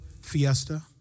fiesta